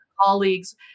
colleagues